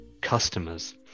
customers